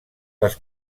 les